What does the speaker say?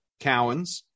cowens